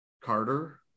Carter